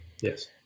Yes